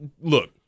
look